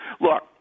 look